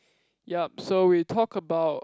yup so we talk about